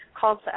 calls